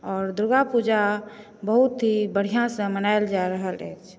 और दुर्गा पूजा बहुत ही बढ़िऑंसँ मनायल जा रहल अछि